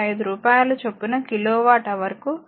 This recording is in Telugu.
5 రూపాయల చొప్పున కిలో వాట్ హవర్కు 2